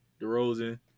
DeRozan